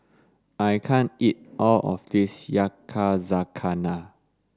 I can't eat all of this Yakizakana